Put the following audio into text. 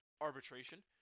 arbitration